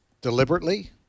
deliberately